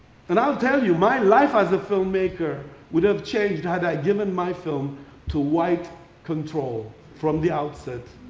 and i'll tell you, my life as a filmmaker would have changed had i given my film to white control from the outset.